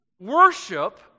Worship